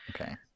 Okay